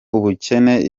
ubukene